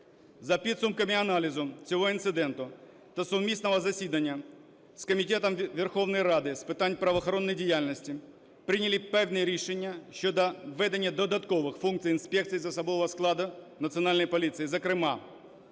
За підсумками аналізу цього інциденту та сумісного засідання з Комітетом Верховної Ради з питань правоохоронної діяльності прийняли певні рішення щодо введення додаткових функцій інспекцій з особового складу Національної поліції. Зокрема,